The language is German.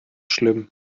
schlimm